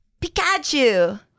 Pikachu